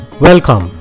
Welcome